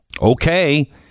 Okay